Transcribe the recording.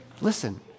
Listen